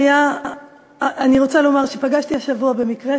אני רוצה לומר שפגשתי השבוע במקרה,